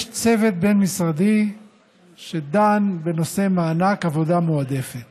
יש צוות בין-משרדי שדן בנושא מענק עבודה מועדפת